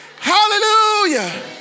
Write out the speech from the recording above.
Hallelujah